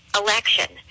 election